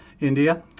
India